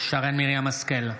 שרן מרים השכל,